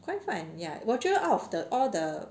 quite fun ya 我觉得 out of all the